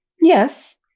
Yes